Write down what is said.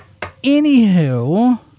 anywho